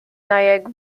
nyack